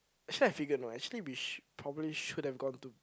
actually I figured you know actually we should probably should have gone to